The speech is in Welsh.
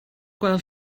gweld